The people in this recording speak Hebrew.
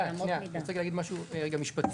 אני רוצה רגע להגיד משהו משפטי.